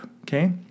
Okay